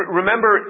remember